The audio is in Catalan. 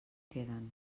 queden